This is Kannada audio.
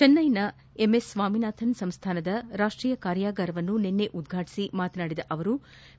ಚೆನ್ನೈನ ಎಮ್ಎಸ್ ಸ್ವಾಮಿನಾಥನ್ ಸಂಸ್ಥಾನದ ರಾಷ್ಟೀಯ ಕಾರ್ಯಾಗಾರವನ್ನು ನಿನ್ನೆ ಉದ್ಘಾಟಿಸಿ ಮಾತನಾಡಿದ ವೆಂಕಯ್ಥನಾಯ್ತು